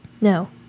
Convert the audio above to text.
No